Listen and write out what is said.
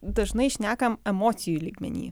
dažnai šnekam emocijų lygmeny